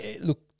look